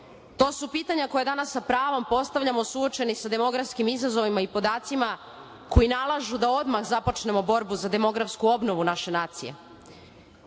su pitanja koja sa pravom postavljamo suočeni sa demografskim izazovima i podacima koji nalažu da odmah započnemo borbu za demografsku obnovu naše nacije.